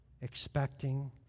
expecting